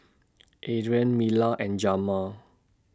Adriene Mila and Jamar